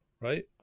right